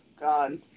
god